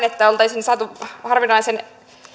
että oltaisiin saatu harvinaisen iso